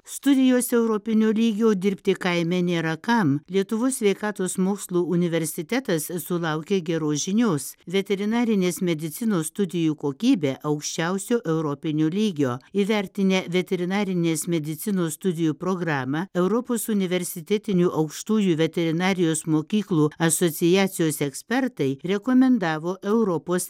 studijos europinio lygio o dirbti kaime nėra kam lietuvos sveikatos mokslų universitetas sulaukė geros žinios veterinarinės medicinos studijų kokybė aukščiausio europinio lygio įvertinę veterinarinės medicinos studijų programą europos universitetinių aukštųjų veterinarijos mokyklų asociacijos ekspertai rekomendavo europos